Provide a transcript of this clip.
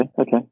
okay